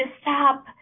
stop